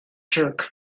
jerk